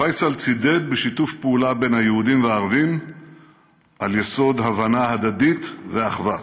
פייסל צידד בשיתוף פעולה בין היהודים לערבים על יסוד הבנה הדדית ואחווה.